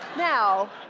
now,